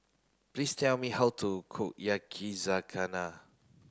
please tell me how to cook Yakizakana